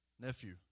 nephew